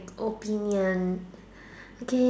opinion okay